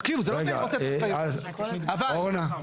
עד